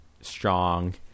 strong